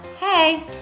Hey